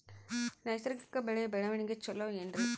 ನೈಸರ್ಗಿಕ ಬೆಳೆಯ ಬೆಳವಣಿಗೆ ಚೊಲೊ ಏನ್ರಿ?